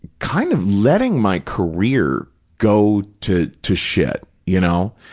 kind of letting my career go to to shit, you know.